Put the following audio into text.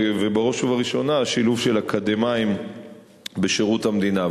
ובראש ובראשונה שילוב של אקדמאים בשירות המדינה.